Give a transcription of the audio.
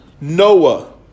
Noah